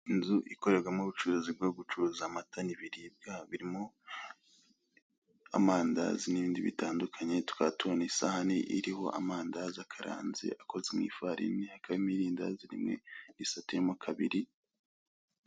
Inzu ikorerwamo ubucuruzi bwo gucuruza amata n'ibiribwa birimo; amandazi n'ibindi bitandukanye, tukaba tubona isahane iriho amandazi akaranze, akoze mu ifarini, hakaba harimo irindazi rimwe risatuyemo kabiri.